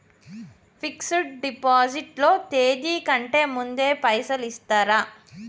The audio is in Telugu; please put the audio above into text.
ఫిక్స్ డ్ డిపాజిట్ లో తేది కంటే ముందే పైసలు ఇత్తరా?